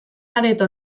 areto